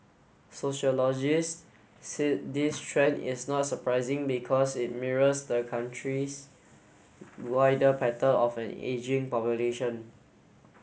Sociologists said this trend is not surprising because it mirrors the country's wider pattern of an ageing population